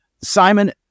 Simon